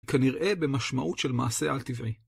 כנראה במשמעות של מעשה על-טבעי.